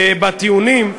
בטיעונים,